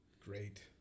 Great